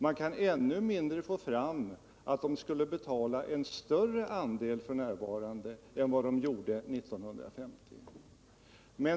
Man kan ännu mindre få fram att de skulle betala en srörre andel f. n. än vad de gjorde 1950.